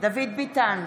דוד ביטן,